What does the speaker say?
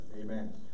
amen